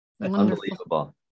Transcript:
unbelievable